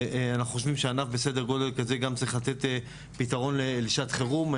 ואנחנו חושבים שענף בסדר גודל כזה גם צריך לתת פתרון לשעת חירום.